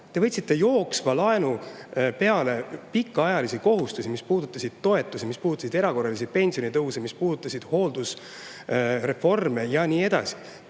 Te võtsite jooksvalt laenu peale pikaajalisi kohustusi, mis puudutasid toetusi, mis puudutasid erakorralisi pensionitõuse, mis puudutasid hooldereformi ja nii edasi.